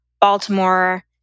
Baltimore